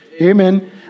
Amen